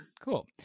Cool